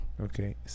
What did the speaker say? okay